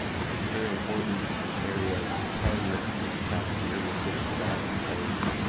this is a very important area. this pen tab here. we'll switch to that because